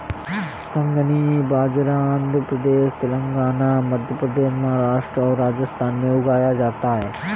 कंगनी बाजरा आंध्र प्रदेश, तेलंगाना, मध्य प्रदेश, महाराष्ट्र और राजस्थान में उगाया जाता है